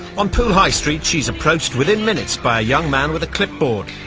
on puhai street she's approached within minutes by a young man with a clipboard.